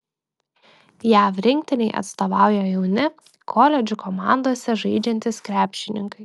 jav rinktinei atstovauja jauni koledžų komandose žaidžiantys krepšininkai